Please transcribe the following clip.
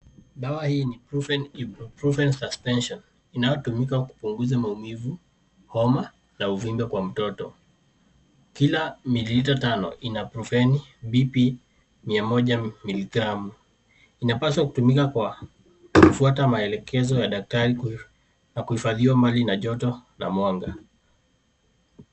Dawa hii ni [Profen Ibuproven Suspension] inayotumika kupunguza maumivu, homa na uvimbe kwa mtoto. Kila mililita tano inaproveni [BP] mia moja miligramu inapaswa kutumika kwa kufuata maelekezo ya daktari na kuhifadhiwa mbali na joto la mwaga.